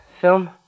film